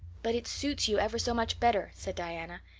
but it suits you ever so much better, said diana.